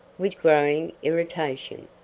with growing irritation.